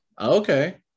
okay